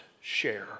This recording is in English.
share